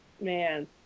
man